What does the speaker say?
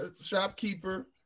shopkeeper